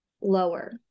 lower